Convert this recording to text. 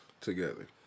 together